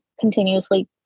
continuously